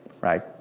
right